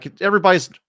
Everybody's